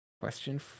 Question